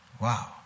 Wow